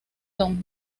don